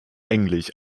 englisch